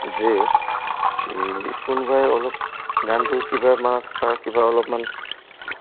যে এই কোনোবাই অলপ গানটোৰ কিবা তাৰ কিবা অলপমান